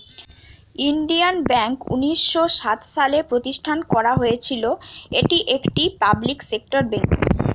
Indian bank উনিশ শ সাত সালে প্রতিষ্ঠান করা হয়েছিল, এটি একটি পাবলিক সেক্টর বেঙ্ক